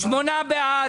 שמונה בעד.